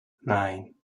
nein